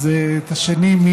אז מי השני?